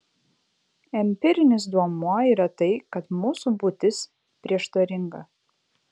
empirinis duomuo yra tai kad mūsų būtis prieštaringa